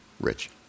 Rich